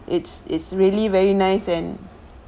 it's it's really very nice and